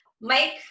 Mike